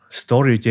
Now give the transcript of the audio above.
story